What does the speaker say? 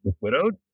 widowed